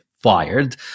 fired